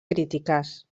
crítiques